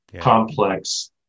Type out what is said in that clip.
complex